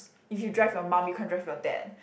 if you drive your mum you can't drive your dad